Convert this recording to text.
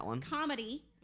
comedy